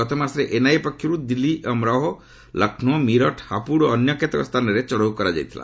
ଗତମାସରେ ଏନ୍ଆଇଏ ପକ୍ଷରୁ ଦିଲ୍ଲୀ ଅମରୋହା ଲକ୍ଷ୍ନୌ ମିରଟ ହାପୁଡ ଓ ଅନ୍ୟକେତେକ ସ୍ଥାନରେ ଚଢ଼ଉ କରାଯାଇଥିଲା